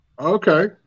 Okay